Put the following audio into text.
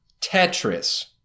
Tetris